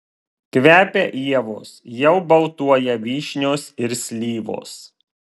kvepia ievos jau baltuoja vyšnios ir slyvos